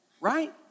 Right